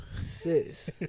sis